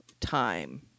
time